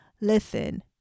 Listen